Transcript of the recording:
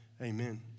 Amen